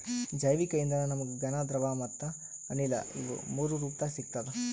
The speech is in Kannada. ಜೈವಿಕ್ ಇಂಧನ ನಮ್ಗ್ ಘನ ದ್ರವ ಮತ್ತ್ ಅನಿಲ ಇವ್ ಮೂರೂ ರೂಪದಾಗ್ ಸಿಗ್ತದ್